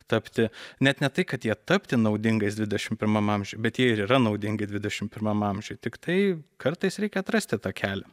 tapti net ne tai kad jie tapti naudingais dvidešimt pirmam amžiuj bet jie ir yra naudingi dvidešimt pirmam amžiuj tiktai kartais reikia atrasti tą kelią